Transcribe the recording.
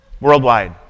worldwide